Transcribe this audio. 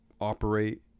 operate